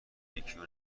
یکیو